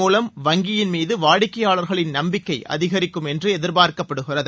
மூலம் வங்கியின் மீது வாடிக்கையாளர்களின் நம்பிக்கை அதிகரிக்கும் இதன் என்று எதிர்பார்க்கப்படுகிறது